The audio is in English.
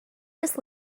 just